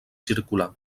circular